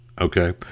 Okay